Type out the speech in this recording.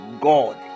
God